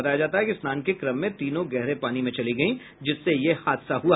बताया जाता है कि स्नान के क्रम में तीनों गहरे पानी में चली गयी जिससे यह हादसा हुआ